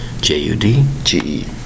J-U-D-G-E